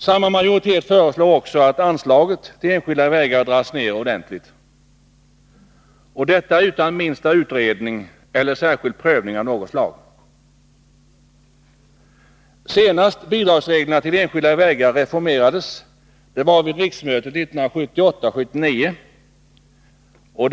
Samma majoritet föreslår också att anslaget till enskilda vägar dras ner ordentligt — detta utan minsta utredning eller särskild prövning av något slag. Senast bidragsreglerna till enskilda vägar reformerades var vid riksmötet 1978/79.